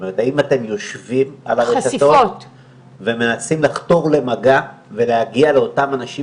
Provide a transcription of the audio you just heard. כלומר האם אתם מנסים לחתור למגע ולהגיע לאותם אנשים